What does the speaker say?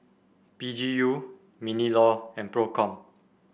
P G U Minlaw and Procom